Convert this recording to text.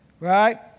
right